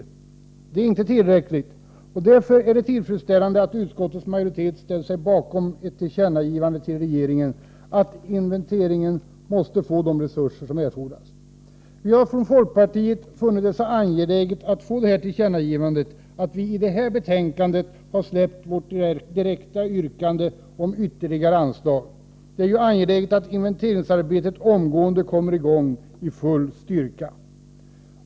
Detta är inte tillräckligt, och därför är det tillfredsställande att utskottets majoritet ställt sig bakom ett tillkännagivande till regeringen, att inventeringsarbetet måste få de resurser som erfordras. Vi har från folkpartiet funnit det så angeläget att få detta tillkännagivande att vi i detta betänkande släppt vårt direkta yrkande om ytterligare anslag. Det är ju angeläget att inventeringsarbetet omgående kommer i gång i full styrka.